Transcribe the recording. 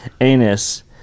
anus